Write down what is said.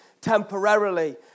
temporarily